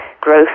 growth